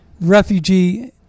refugee